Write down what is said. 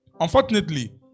Unfortunately